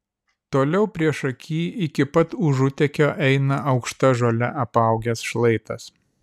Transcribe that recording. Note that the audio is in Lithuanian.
toliau priešaky iki pat užutekio eina aukšta žole apaugęs šlaitas